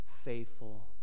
faithful